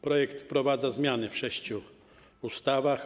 Projekt wprowadza zmiany w sześciu ustawach.